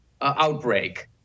outbreak